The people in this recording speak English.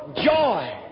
joy